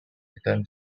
return